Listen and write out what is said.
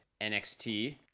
NXT